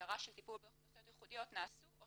ההגדרה של טיפול באוכלוסיות ייחודיות נעשו או